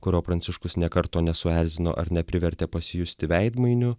kurio pranciškus nė karto nesuerzino ar neprivertė pasijusti veidmainiu